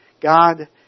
God